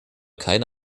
keine